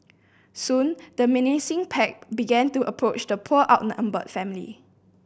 soon the menacing pack began to approach the poor outnumbered family